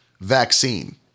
vaccine